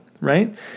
Right